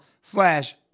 slash